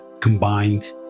combined